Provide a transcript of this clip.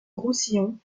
roussillon